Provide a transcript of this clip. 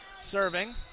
serving